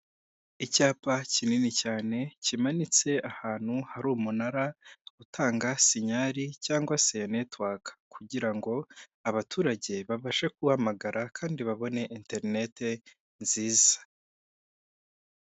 Icyapa kinini cyane kimanitse ahantu hari umunara utanga sinyari cyangwa se network, kugira ngo abaturage babashe guhamagara kandi babone internet nziza.